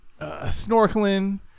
snorkeling